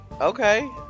Okay